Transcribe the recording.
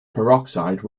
peroxide